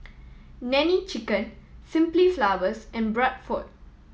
Nene Chicken Simply Flowers and Bradford